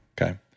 Okay